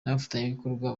n’abafatanyabikorwa